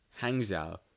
Hangzhou